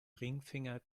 ringfinger